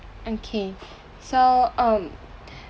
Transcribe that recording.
okay so um